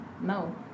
No